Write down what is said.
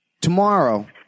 Tomorrow